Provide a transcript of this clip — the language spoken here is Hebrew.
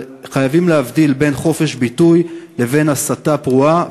אבל חייבים להבדיל בין חופש ביטוי לבין הסתה פרועה,